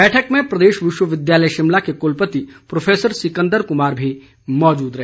बैठक में प्रदेश विश्वविद्यालय शिमला के कुलपति प्रोफेसर सिकंदर कुमार भी मौजूद रहे